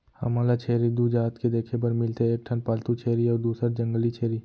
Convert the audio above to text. हमन ल छेरी दू जात के देखे बर मिलथे एक ठन पालतू छेरी अउ दूसर जंगली छेरी